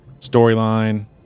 storyline